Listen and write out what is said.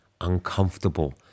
uncomfortable